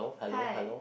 hi